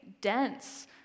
dense